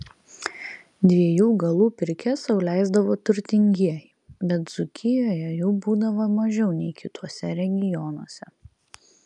dviejų galų pirkias sau leisdavo turtingieji bet dzūkijoje jų būdavo mažiau nei kituose regionuose